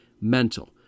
mental